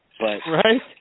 Right